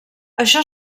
això